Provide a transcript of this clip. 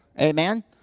Amen